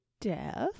death